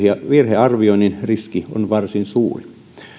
virhearvioinnin riski on varsin suuri